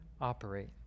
operate